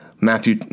Matthew